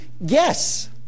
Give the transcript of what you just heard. Yes